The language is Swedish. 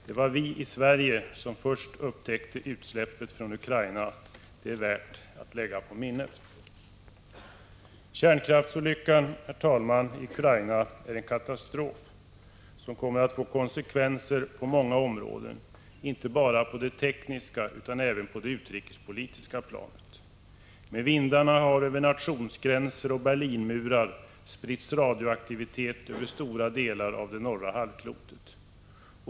Det var vi i Sverige som först upptäckte utsläppet från Ukraina — det är värt att lägga på minnet. Herr talman! Kärnkraftsolyckan i Ukraina är en katastrof som kommer att få konsekvenser på många områden, inte bara på det tekniska utan även på det utrikespolitiska planet. Med vindarna har över nationsgränser och Berlinmurar spritts radioaktivitet över stora delar av norra halvklotet.